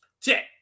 Check